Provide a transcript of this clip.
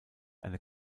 eine